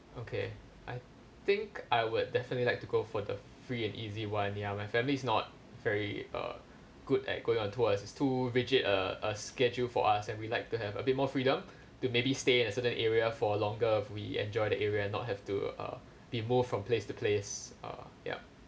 okay I think I would definitely like to go for the free and easy [one] ya my family is not very uh good at going on tours it's too rigid uh uh schedule for us and we'd like to have a bit more freedom to maybe stay in a certain area for longer we enjoy the area not have to uh be moved from place to place uh yup